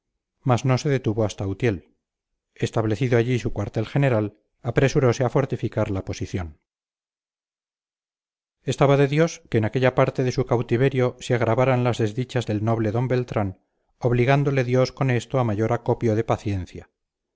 no se detuvo hasta utiel establecido allí su cuartel general apresurose a fortificar la posición estaba de dios que en aquella parte de su cautiverio se agravaran las desdichas del noble d beltrán obligándole dios con esto a mayor acopio de paciencia